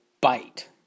bite